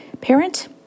parent